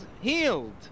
healed